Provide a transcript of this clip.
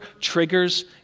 triggers